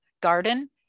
garden